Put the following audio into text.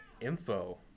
info